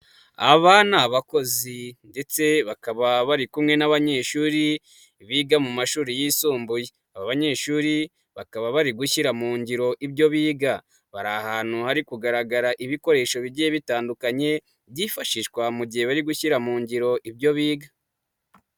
Aba ni abakozi ndetse bakaba bari kumwe n'abanyeshuri biga mu mashuri yisumbuye, aba banyeshuri, bakaba bari gushyira mu ngiro ibyo biga, bari ahantu hari kugaragara ibikoresho bigiye bitandukanye, byifashishwa mu gihe bari gushyira mu ngiro ibyo biga.